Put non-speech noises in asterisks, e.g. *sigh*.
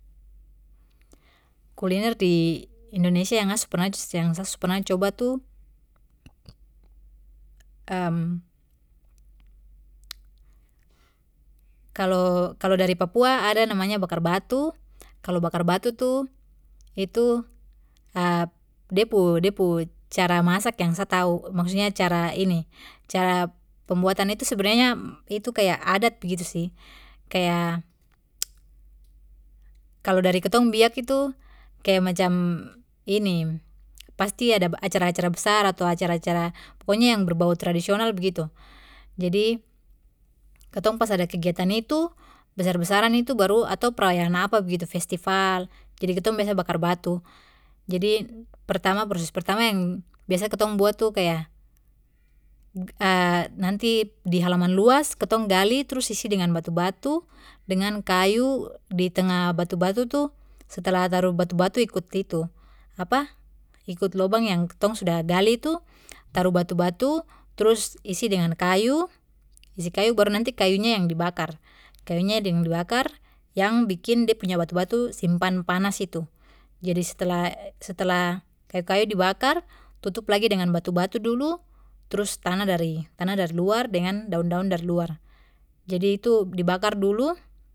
Kuliner di indonesia yang asu pernah yang sa su pernah coba tu *hesitation* kalo kalo dari papua ada namanya bakar batu kalo bakar batu tu itu *hesitation* de pu de pu cara masak yang sa tahu maksudnya cara ini cara pembuatan itu sebenarnya itu kaya adat begitu sih kaya, kalo dari kitong biak itu kaya macam ini pasti ada acara acara besar ato acara acara pokokonya yang berbau tradisional begitu, jadi kitong pas ada kegiatan itu besar besaran itu baru ato perayaan apa begitu festival jadi kitong biasa bakar batu jadi pertama proses pertama yang biasa kitong buat tu kaya nanti di halaman luas kitong gali trus nanti isi dengan batu batu dengan kayu di tengah batu batu tu setelah taruh batu batu ikut itu *hesitation* ikut lobang yang tong sudah gali tu taruh batu batu trus isi dengan kayu isi kayu baru nanti kayunya yang dibakar kayunya yang dibakar yang bikin de punya batu batu simpan panas itu jadi setelah setelah kayu kayu dibakar tutup lagi dengan batu batu dulu trus tanah dari tanah dari luar dengan daun daun dari luar jadi itu dibakar dulu.